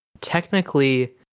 technically